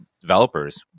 developers